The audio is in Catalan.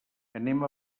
anem